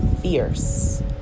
fierce